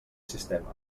sistema